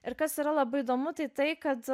ir kas yra labai įdomu tai tai kad